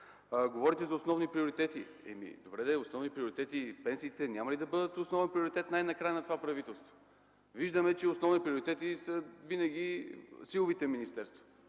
Говорите за основни приоритети. Добре, пенсиите няма ли да бъдат основен приоритет най-накрая на това правителство? Виждаме, че с основни приоритети са винаги силовите министерства.